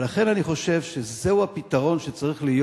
ולכן אני חושב שזהו הפתרון שצריך להיות: